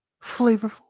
flavorful